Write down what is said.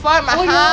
okay okay